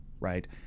right